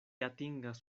atingas